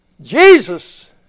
Jesus